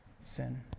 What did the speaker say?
sin